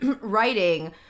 writing